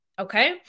okay